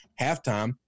halftime